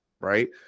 Right